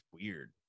weird